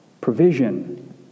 provision